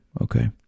okay